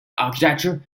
architecture